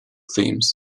themes